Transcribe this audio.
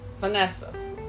Vanessa